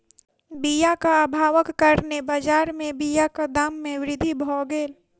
बीयाक अभावक कारणेँ बजार में बीयाक दाम में वृद्धि भअ गेल